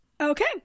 Okay